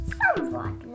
somewhat